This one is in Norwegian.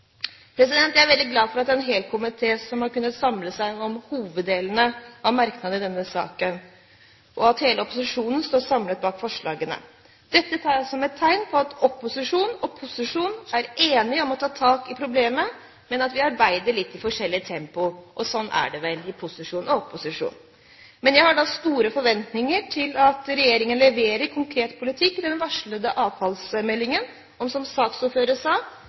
Jeg er veldig glad for at en hel komité har kunnet samle seg om hoveddelene av merknadene i denne saken, og at hele opposisjonen står samlet bak forslagene. Dette tar jeg som et tegn på at opposisjon og posisjon er enige om å ta tak i problemet, men at vi arbeider i litt forskjellig tempo – sånn er det vel i posisjon og i opposisjon. Men jeg har store forventninger til at regjeringen leverer konkret politikk i den varslede avfallsmeldingen, og, som saksordføreren sa: